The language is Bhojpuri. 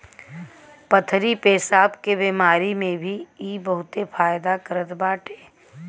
पथरी पेसाब के बेमारी में भी इ बहुते फायदा करत बाटे